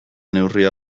neurria